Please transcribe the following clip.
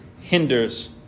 hinders